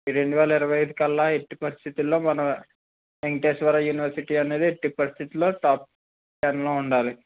ఈ రెండు వేల ఇరవై ఐదు కల్లా ఎట్టి పరిస్థితుల్లో మన వెంకటేశ్వర యూనివర్సిటీ అనేది ఎట్టి పరిస్థితిలో టాప్ టెన్ లో ఉండాలి